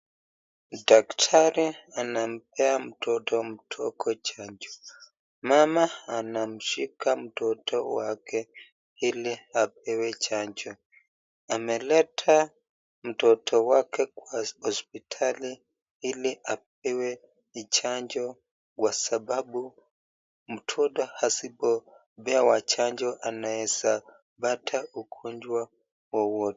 Daktari anampea mtoto mdogo chanjo. Mama anamshika mtoto wake ili apewe chanjo. Ameleta mtoto wake kwa hospitali ili apewe chanjo kwa sababu mtoto asipopewa chanjo anaweza pata ugonjwa wowote.